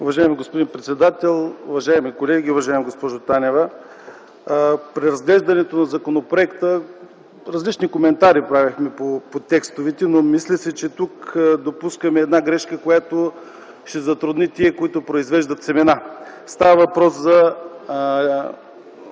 Уважаеми господин председател, уважаеми колеги, уважаема госпожо Танева! При разглеждането на законопроекта правихме различни коментари по текстовете, но мисля, че тук допускаме грешка, която ще затрудни тези, които произвеждат семена. Става въпрос за